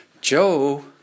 Joe